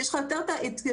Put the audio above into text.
יש לך יותר התקהלויות,